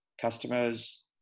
Customers